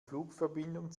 flugverbindung